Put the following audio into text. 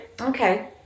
Okay